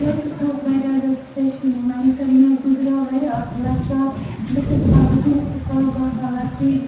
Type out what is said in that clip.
کیٛازِکہِ سُہ اوس واریاہ زیادٕ سٕپیشَل موٗمٮ۪نٛٹ مےٚ گُزریو واریاہ اَصٕل لۄکچار بہٕ چھَس دَپان وٕنۍکٮ۪نَس تہِ کاش بہٕ آسہٕ ہا لۄکٹٕے